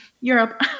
Europe